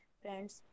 friends